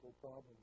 problems